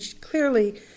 clearly